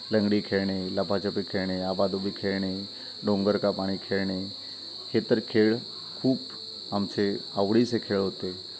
लंगडी खेळणे लपाछपी खेळणे आबाधुबी खेळणे डोंगर का पाणी खेळणे हे तर खेळ खूप आमचे आवडीचे खेळ होते